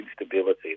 instability